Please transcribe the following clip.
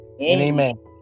Amen